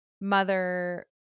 Mother